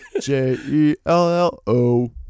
J-E-L-L-O